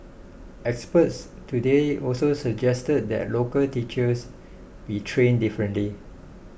experts today also suggested that local teachers be trained differently